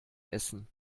essen